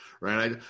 right